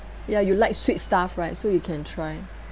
ya you like sweet stuff right so you can try